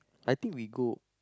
I think we go